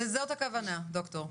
לזאת הכוונה, ד"ר.